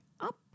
up